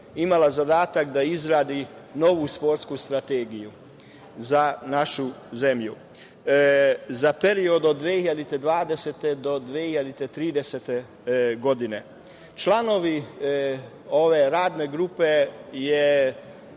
imala zadatak da izradi novu sportsku strategiju za našu zemlju za period od 2020. do 2030. godine. Članovi ove radne grupe